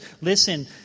listen